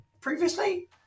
previously